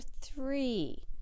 three